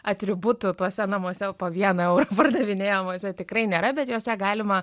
atributų tuose namuose po vieną eurą pardavinėjamuose tikrai nėra bet jose galima